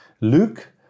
Luke